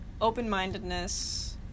Open-mindedness